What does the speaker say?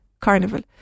Carnival